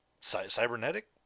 cybernetic